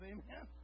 Amen